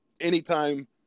anytime